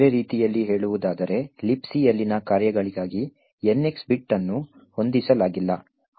ಬೇರೆ ರೀತಿಯಲ್ಲಿ ಹೇಳುವುದಾದರೆ Libcಯಲ್ಲಿನ ಕಾರ್ಯಗಳಿಗಾಗಿ NX ಬಿಟ್ ಅನ್ನು ಹೊಂದಿಸಲಾಗಿಲ್ಲ